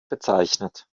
bezeichnet